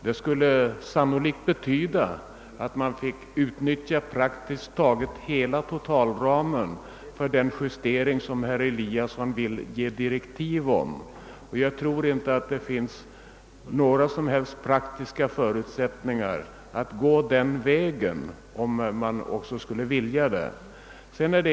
Detta skulle sannolikt betyda att man fick utnyttja praktiskt taget hela totalramen för den justering som herr Eliasson vill ge direktiv om. Jag tror inte att det finns några som helst praktiska förutsättningar att gå den vägen, även om man ville det.